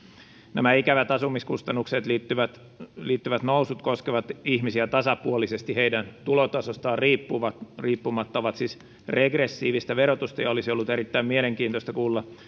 nämä ikävät asumiskustannuksiin liittyvät liittyvät nousut koskevat ihmisiä tasapuolisesti heidän tulotasostaan riippumatta riippumatta ovat siis regressiivistä verotusta olisi ollut erittäin mielenkiintoista kuulla